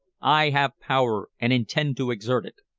i have power, and intend to exert it.